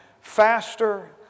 faster